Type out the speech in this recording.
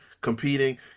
competing